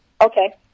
Okay